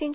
सीं